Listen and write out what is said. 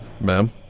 Ma'am